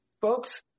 Folks